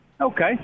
Okay